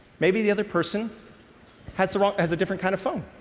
maybe the other person has so ah has a different kind of phone.